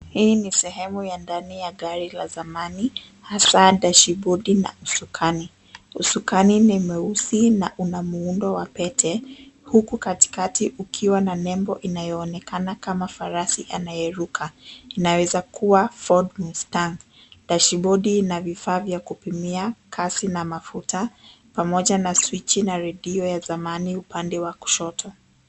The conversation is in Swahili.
Hii ni sehemu ya ndani ya gari la zamani hasa dashibodi na usukani. Usukani ni mweusi na una muundo wa pete, huku katikati ukiwa na nembo inayoonekana kama farasi anayeruka. inaweza kuwa Ford Mustang. Dashibodi ina vifaa vya kupimia kasi na mafuta pamoja na swichi na redio ya zamani upande wa kushoto.